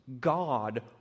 God